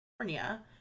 California